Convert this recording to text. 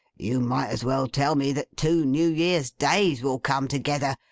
you might as well tell me that two new year's days will come together,